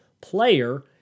player